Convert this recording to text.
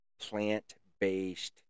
plant-based